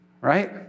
Right